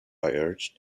urged